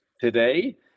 today